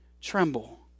tremble